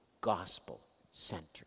gospel-centered